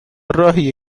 راهیه